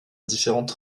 différentes